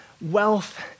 wealth